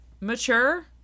mature